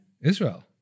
Israel